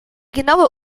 genaue